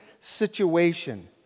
situation